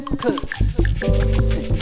cause